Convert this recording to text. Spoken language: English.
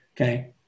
okay